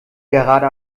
gerade